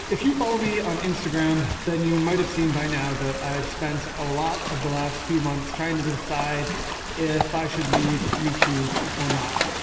if you follow me on instagram then you might have seen by now that i've spent a lot of the last few months trying to decide if i should leave youtube or not.